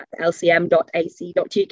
lcm.ac.uk